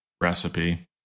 recipe